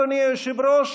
אדוני היושב-ראש,